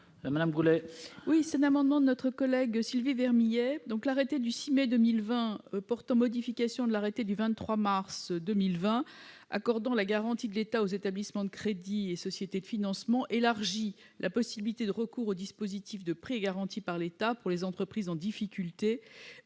Nathalie Goulet. Cet amendement est proposé par Sylvie Vermeillet. L'arrêté du 6 mai 2020 portant modification de l'arrêté du 23 mars 2020 accordant la garantie de l'État aux établissements de crédit et sociétés de financement, élargit la possibilité de recours au dispositif de prêt garanti par l'État (PGE) pour les entreprises en difficulté